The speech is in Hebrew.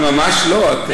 היא ממש לא.